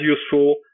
useful